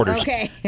Okay